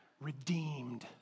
redeemed